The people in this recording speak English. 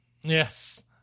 Yes